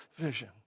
vision